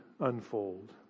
unfold